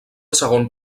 segon